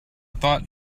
thought